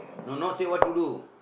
no not say what to do